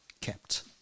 kept